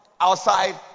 outside